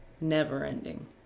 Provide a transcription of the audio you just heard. never-ending